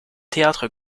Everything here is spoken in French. théâtre